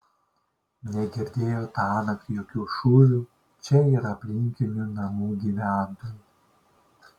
negirdėjo tąnakt jokių šūvių čia ir aplinkinių namų gyventojai